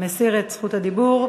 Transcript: מסיר את זכות הדיבור.